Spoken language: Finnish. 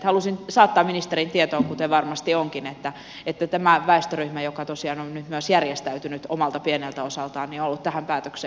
halusin saattaa ministerin tietoon kuten varmasti onkin tiedossa että tämä väestöryhmä joka tosiaan on nyt myös järjestäytynyt omalta pieneltä osaltaan on ollut tähän päätökseen hyvin tyytyväinen